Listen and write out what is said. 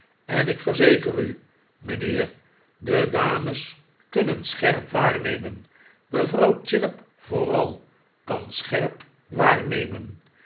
en ik verzeker u mijnheer de dames kunnen scherp waarnemen mevrouw chillip vooral kan scherp waarnemen